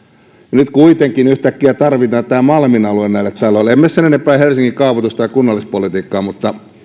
nyt kuitenkin yhtäkkiä tarvitaan tämä malmin alue näille taloille en mene sen enempää helsingin kaavoitus tai kunnallispolitiikkaan mutta